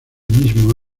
mismo